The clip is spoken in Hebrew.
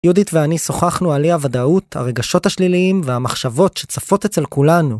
יודית ואני שוחחנו על אי הוודאות, הרגשות השליליים והמחשבות שצפות אצל כולנו.